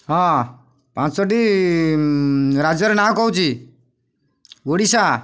ହଁ ପାଞ୍ଚଟି ରାଜ୍ୟର ନାଁ କହୁଛି ଓଡ଼ିଶା